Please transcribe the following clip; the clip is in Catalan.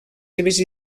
seves